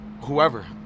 whoever